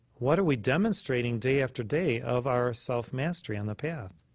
what are we demonstrating day after day of our self-mastery on the path?